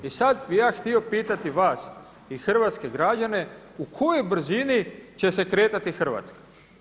I sad bih ja htio pitati vas i hrvatske građane u kojoj brzini će se kretati Hrvatska.